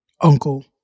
uncle